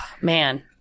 man